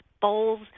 bowls